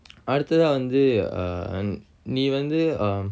அடுத்ததா வந்து:aduthatha vanthu err நீ வந்து:nee vanthu um